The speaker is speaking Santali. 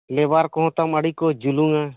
ᱞᱮᱵᱟᱨ ᱠᱚᱦᱚᱸ ᱛᱟᱢ ᱟᱹᱰᱤ ᱠᱚ ᱡᱩᱞᱩᱝᱼᱟ